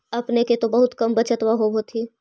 अपने के तो बहुते कम बचतबा होब होथिं?